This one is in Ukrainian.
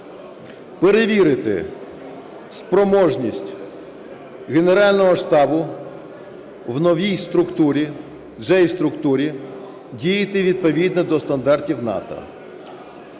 перевірити спроможність Генерального штабу у новій структурі, J-структурі, діяти відповідно до стандартів НАТО.